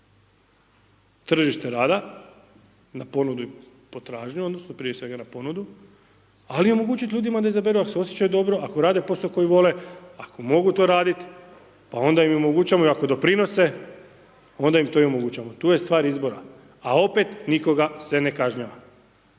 tržište rada na ponudu i potražnju odnosno prije svega na ponudu, ali i omogućit ljudima da izaberu ak se osjećaju dobro, ako rade poso koji vole, ako mogu to radit, pa ona im omogućavamo i ako doprinose, onda im to i omogućavamo. Tu je stvar izvora, a opet nikoga se ne kažnjava.